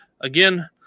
Again